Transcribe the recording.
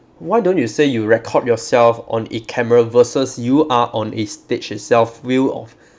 why don't you say you record yourself on a camera versus you are on a stage itself view of